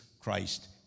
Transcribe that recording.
Christ